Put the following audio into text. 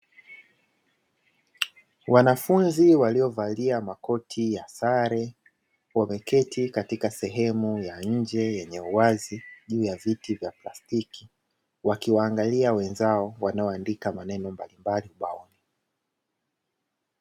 Wanafunzi waliovalia makoti ya sare, wameketi katika sehemu ya nje yenye uwazi juu ya viti vya plastiki. Wakiwaangalia wenzao wanaoandika maneno mbalimbali ubaoni.